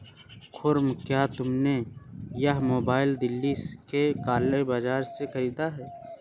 खुर्रम, क्या तुमने यह मोबाइल दिल्ली के काला बाजार से खरीदा है?